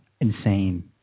Insane